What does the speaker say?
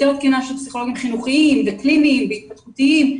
יותר תקינה של פסיכולוגים חינוכיים וקליניים והתפתחותיים,